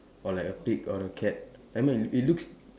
or like a pig or a cat I mean it it looks